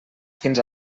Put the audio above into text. fins